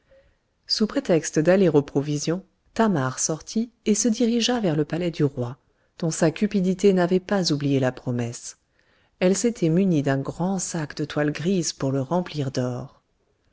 sous prétexte d'aller aux provisions thamar sortit et se dirigea vers le palais du roi dont sa cupidité n'avait pas oublié la promesse elle s'était munie d'un grand sac de toile grise pour le remplir d'or